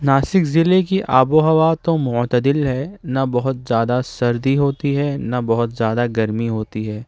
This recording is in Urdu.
ناسک ضلع کی آب و ہوا تو معتدل ہے نہ بہت زیادہ سردی ہوتی ہے نہ بہت زیادہ گرمی ہوتی ہے